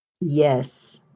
Yes